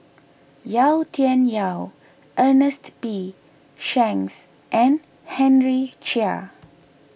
Yau Tian Yau Ernest P Shanks and Henry Chia